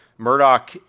Murdoch